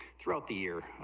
throughout the year,